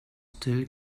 still